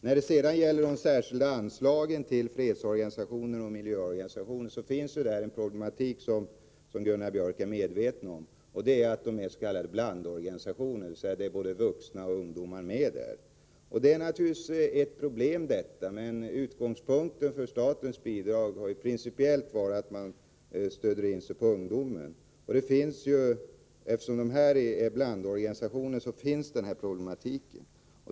När det sedan gäller de särskilda anslagen till fredsorganisationer och miljöorganisationer finns där en problematik som Gunnar Björk är medveten om — de är s.k. blandorganisationer, dvs. det är både vuxna och ungdomar som är med. Detta är naturligtvis ett problem, men utgångspunkten för statens bidrag har principiellt varit att stödja ungdomen. Eftersom det är fråga om blandorganisationer finns alltså den här problematiken.